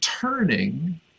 turning